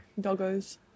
Doggos